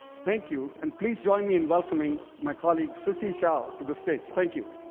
thank you and please join me in welcoming my colleague, sissie hsiao to the stage. thank you.